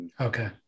Okay